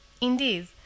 Indeed